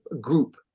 group